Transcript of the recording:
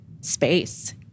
space